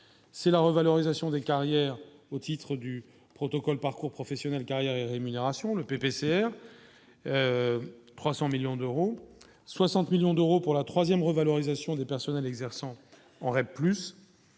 c'est la revalorisation des carrières au titre du protocole, parcours professionnels carrières et rémunérations : le PPCR 300 millions d'euros, 60 millions d'euros pour la troisième revalorisation des personnels exerçant.